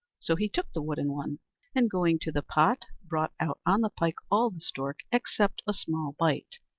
so he took the wooden one and going to the pot, brought out on the pike all the stork except a small bite,